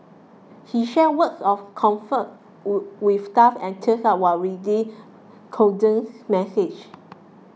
he shared words of comfort with staff and teared up while reading condolence message